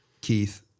Keith